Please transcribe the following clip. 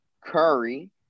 Curry